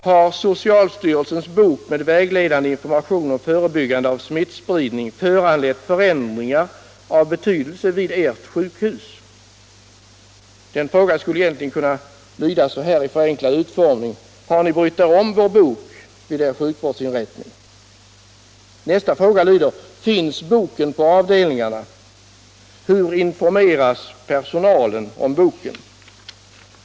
Har socialstyrelsens bok med vägledande information om förebyggande av smittspridning föranlett förändringar av betydelse vid ert sjukhus? Den frågan skulle i förenklad utformning kunna lyda så här: Har ni vid er sjukvårdsinrättning brytt er om vår bok? Nästa fråga lyder: Finns boken på avdelningarna? Hur informeras personalen om boken?